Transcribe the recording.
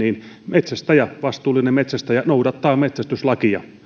metsästäjä vastuullinen metsästäjä noudattaa metsästyslakia